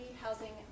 housing